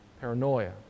paranoia